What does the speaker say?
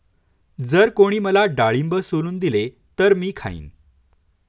जर कोणी मला डाळिंब सोलून दिले तर मी खाईन